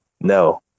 No